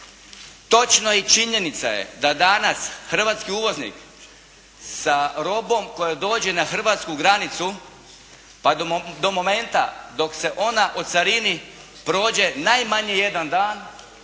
Točno je i činjenica je da danas hrvatski uvoznik sa robom koja dođe na hrvatsku granicu, pa do momenta dok se ona ocarini prođe najmanje jedan dan,